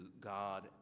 God